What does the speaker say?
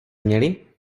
měli